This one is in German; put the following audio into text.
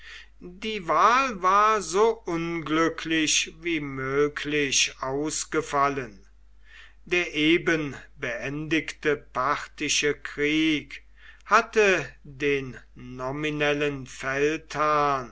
die wahl war so unglücklich wie möglich ausgefallen der eben beendigte parthische krieg hatte den nominellen